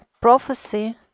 prophecy